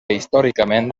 històricament